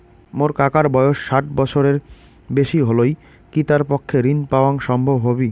মোর কাকার বয়স ষাট বছরের বেশি হলই কি তার পক্ষে ঋণ পাওয়াং সম্ভব হবি?